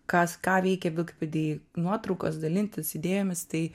kas ką veikia vilkpėdėj nuotraukas dalintis idėjomis tai